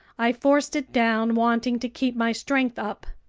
i forced it down, wanting to keep my strength up.